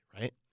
right